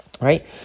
right